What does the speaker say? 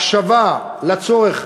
הקשבה לצורך